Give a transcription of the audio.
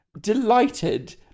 delighted